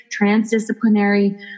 transdisciplinary